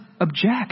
object